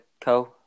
Co